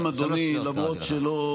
(חבר הכנסת יוראי להב הרצנו יוצא מאולם